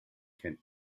can